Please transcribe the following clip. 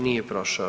Nije prošao.